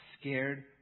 scared